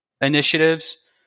initiatives